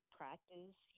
practice